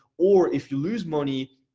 or if you lose money,